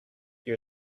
your